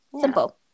simple